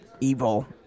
evil